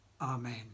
Amen